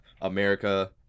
America